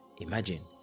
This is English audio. imagine